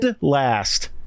last